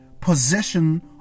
possession